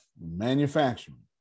manufacturing